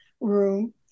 room